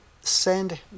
SEND